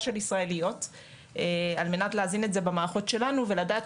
של ישראליות על מנת להזין את זה במערכות שלנו ולדעת,